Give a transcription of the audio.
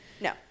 No